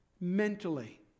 mentally